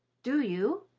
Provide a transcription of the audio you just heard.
do you?